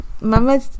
mama